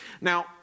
Now